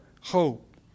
hope